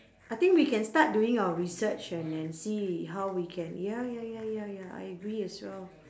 I think we can start doing our research and and see how we can ya ya ya ya ya I agree as well